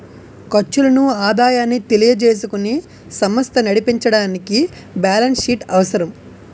ఖర్చులను ఆదాయాన్ని తెలియజేసుకుని సమస్త నడిపించడానికి బ్యాలెన్స్ షీట్ అవసరం